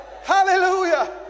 hallelujah